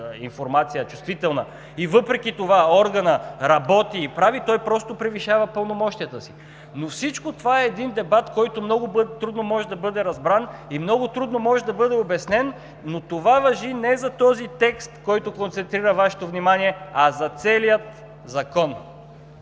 информация и въпреки това органът работи и прави, той просто превишава пълномощията си. Но всичко това е един дебат, който много трудно може да бъде разбран и много трудно може да бъде обяснен, но това важи не за този текст, който концентрира Вашето внимание, а за целия Закон.